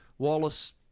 Wallace